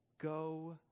Go